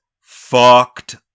fucked